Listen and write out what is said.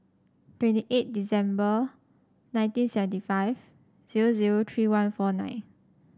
twenty eight December nineteen seventy five zero zero three one four nine